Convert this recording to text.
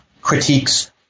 critiques